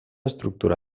estructura